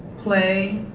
play,